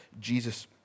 Jesus